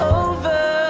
over